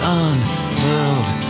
unfurled